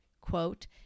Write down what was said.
quote